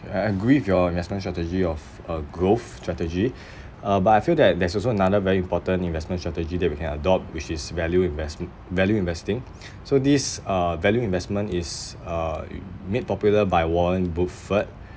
I agree with your investment strategy of uh growth strategy uh but I feel that there's also another very important investment strategy that we can adopt which is value investme~ value investing so this uh value investment is uh you made popular by warren buffet